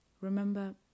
Remember